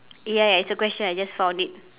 ya ya it's a question I just found it